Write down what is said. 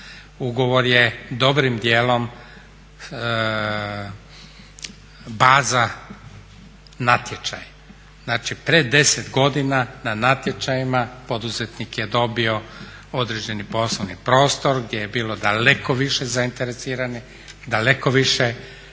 Ugovor je dobrim dijelom baza natječaja. Znači pred 10 godina na natječajima poduzetnik je dobio određeni poslovni prostor gdje je bilo daleko više zainteresiranih, daleko više